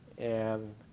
and,